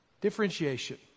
Differentiation